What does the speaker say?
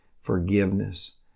forgiveness